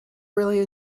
really